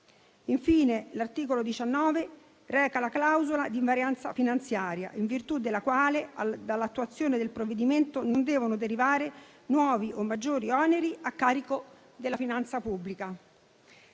Infine, l'articolo 19 reca la clausola di invarianza finanziaria, in virtù della quale dall'attuazione del provvedimento non devono derivare nuovi o maggiori oneri a carico della finanza pubblica.